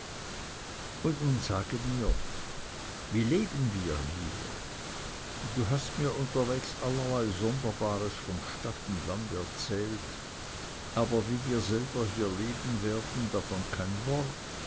und nun sage mir wie leben wir hier du hast mir unterwegs allerlei sonderbares von stadt und land erzählt aber wie wir selber hier leben werden davon kein wort